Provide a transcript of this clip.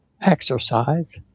exercise